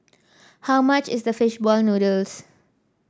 how much is the fish ball noodles